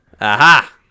Aha